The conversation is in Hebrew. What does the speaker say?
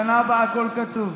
בשנה הבאה הכול כתוב.